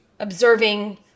Observing